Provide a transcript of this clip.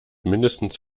mindestens